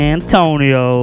Antonio